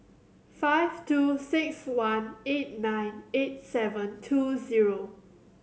five two six one eight nine eight seven two zero